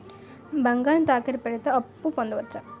బంగారం తాకట్టు కి పెడితే అప్పు పొందవచ్చ?